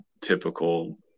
typical